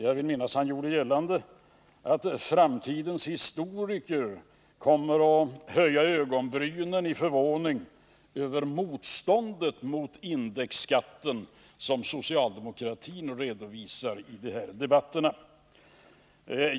Jag vill minnas att han gjorde gällande, att framtidens historiker kommer att höja ögonbrynen i förvåning över motståndet mot den indexskatt som socialdemokratin redovisar i de här debatterna.